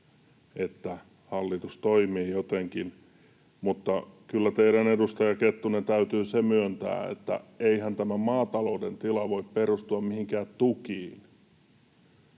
että hallitus toimii jotenkin, mutta kyllä teidän, edustaja Kettunen, täytyy se myöntää, että eihän tämä maatalouden tila voi perustua mihinkään tukiin.